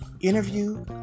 Interview